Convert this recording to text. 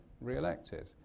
re-elected